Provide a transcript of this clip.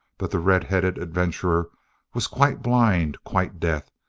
but the red-headed adventurer was quite blind, quite deaf.